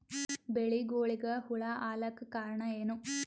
ಬೆಳಿಗೊಳಿಗ ಹುಳ ಆಲಕ್ಕ ಕಾರಣಯೇನು?